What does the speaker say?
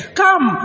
come